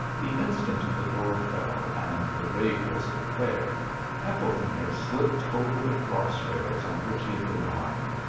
the instant the door fell and the raid was declared hefflefinger slipped over the cross rails on which he had been lying,